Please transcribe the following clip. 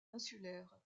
insulaire